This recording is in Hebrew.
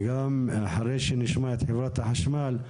וגם, אחרי שנשמע את חברת החשמל,